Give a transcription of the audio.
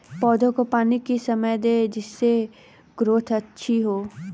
पौधे को पानी किस समय दें जिससे ग्रोथ अच्छी हो?